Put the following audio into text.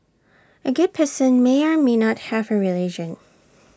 A good person may or may not have A religion